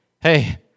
hey